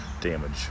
damage